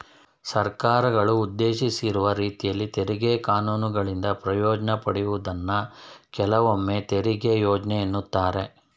ಸರ್ಕಾರಗಳು ಉದ್ದೇಶಿಸಿರುವ ರೀತಿಯಲ್ಲಿ ತೆರಿಗೆ ಕಾನೂನುಗಳಿಂದ ಪ್ರಯೋಜ್ನ ಪಡೆಯುವುದನ್ನ ಕೆಲವೊಮ್ಮೆತೆರಿಗೆ ಯೋಜ್ನೆ ಎನ್ನುತ್ತಾರೆ